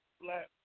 Black